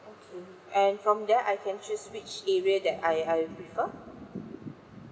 okay and from there I can choose which area that I I prefer